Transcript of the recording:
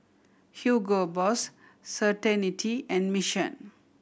Hugo Boss Certainty and Mission